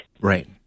Right